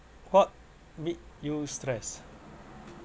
what make you stress